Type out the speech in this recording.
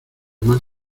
mal